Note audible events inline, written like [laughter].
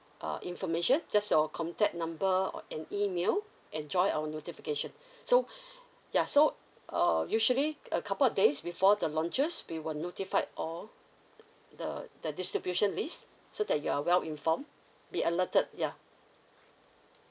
uh information just your contact number and email and join our notification [breath] so [breath] ya so uh usually a couple of days before the launches we will notify all the the distribution list so that you are well informed be alerted yeah